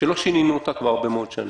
שלא שינינו אותה כבר הרבה מאוד שנים.